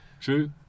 True